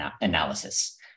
analysis